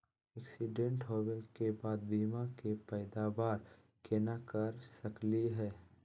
Accident होवे के बाद बीमा के पैदावार केना कर सकली हे?